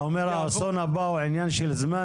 אתה אומר שהאסון הבא הוא עניין של זמן,